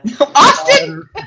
Austin